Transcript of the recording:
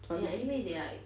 Jollibee